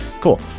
Cool